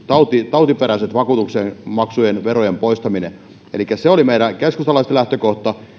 tautiperäisten vakuutusmaksujen verojen poistaminen elikkä se oli meidän keskustalaisten lähtökohta